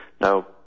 Now